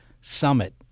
Summit